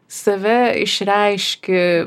save išreiški